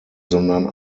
sondern